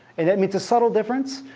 and and it's a subtle difference,